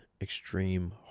extreme